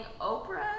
Oprah